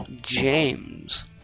James